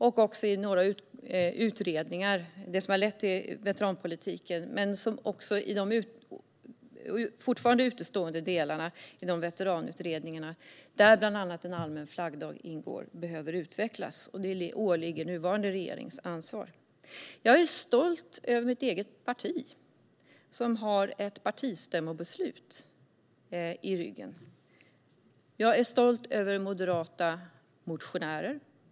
Det är några utredningar som har lett till veteranpolitiken. Men det finns fortfarande utestående delar i veteranutredningarna, där bland annat en allmän flaggdag ingår, som behöver utvecklas. Det är nuvarande regerings ansvar. Jag är stolt över mitt eget parti, som har ett partistämmobeslut i ryggen. Jag är stolt över moderata motionärer.